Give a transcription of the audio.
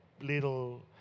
little